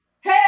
Hey